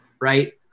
right